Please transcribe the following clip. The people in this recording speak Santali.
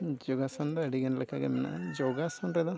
ᱡᱳᱜᱟᱥᱚᱱ ᱫᱚ ᱟᱹᱰᱤ ᱜᱟᱱ ᱞᱮᱠᱟ ᱜᱮ ᱢᱮᱱᱟᱜᱼᱟ ᱡᱳᱜᱟᱥᱚᱱ ᱨᱮᱫᱚ